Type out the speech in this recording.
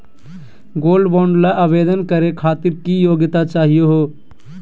Gold bond ल आवेदन करे खातीर की योग्यता चाहियो हो?